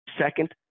Second